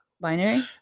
binary